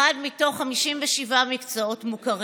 באחד מתוך 57 מקצועות מוכרים.